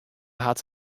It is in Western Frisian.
hat